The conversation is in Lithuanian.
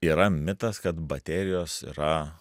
yra mitas kad baterijos yra